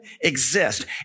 exist